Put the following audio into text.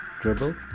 Dribble